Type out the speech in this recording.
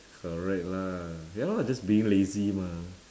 correct lah ya lor just being lazy mah